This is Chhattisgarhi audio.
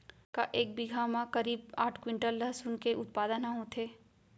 का एक बीघा म करीब आठ क्विंटल लहसुन के उत्पादन ह होथे?